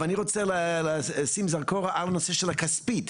אבל אני רוצה לשים זרקור על הנושא של הכספית,